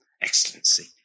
excellency